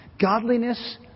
Godliness